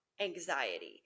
anxiety